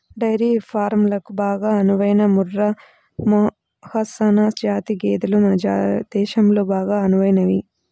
dairy ఫారంలకు బాగా అనువైన ముర్రా, మెహసనా జాతి గేదెలు మన దేశంలో బాగా అనువైనవి